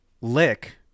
lick